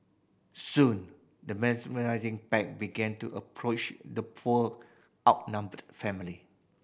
soon the pack began to approach the poor outnumbered family